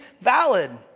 valid